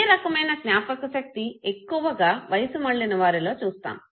ఈ రకమైన జ్ఞాపక శక్తి ఎక్కువగా వయసు మళ్ళిన వారిలో చూస్తాము